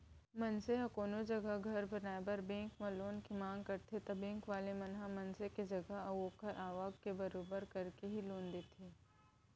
मनसे ह कोनो जघा घर बनाए बर बेंक म लोन के मांग करथे ता बेंक वाले मन ह मनसे के जगा अऊ ओखर आवक के बरोबर करके ही लोन देथे